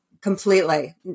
completely